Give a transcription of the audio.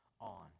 on